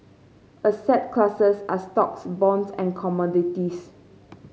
asset classes are stocks bonds and commodities